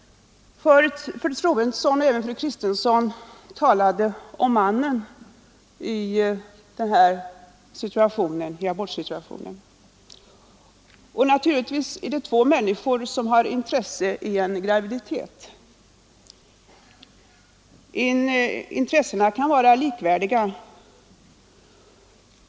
Fru Troedsson och fru Kristensson talade om mannen i abortsituationen. Naturligtvis är det två människor som har intresse i en graviditet, och de intressena kan vara likvärdiga.